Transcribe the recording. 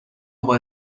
اقا